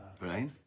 right